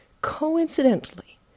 Coincidentally